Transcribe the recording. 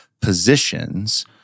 positions